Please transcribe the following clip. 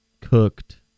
cooked